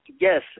Yes